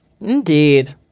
indeed